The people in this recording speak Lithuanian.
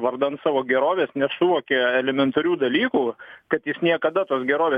vardan savo gerovės nesuvokia elementarių dalykų kad jis niekada tos gerovė